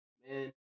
man